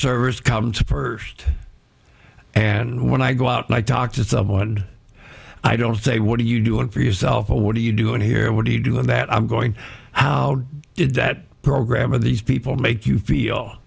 service come to first and when i go out and i talk to someone i don't say what do you do it for yourself or what are you doing here what do you do that i'm going out that program of these people make you feel